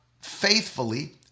faithfully